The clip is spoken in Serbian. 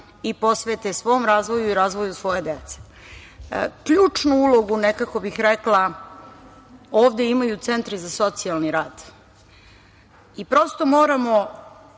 i posvete svom razvoju i razvoju svoje dece. Ključnu ulogu, nekako bih rekla, ovde imaju centri za socijalni rad i prosto moramo